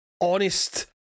honest